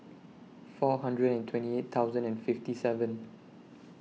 four hundred and twenty eight thousand and fifty seven